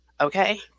Okay